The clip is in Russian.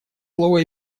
слово